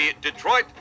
Detroit